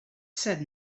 said